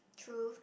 true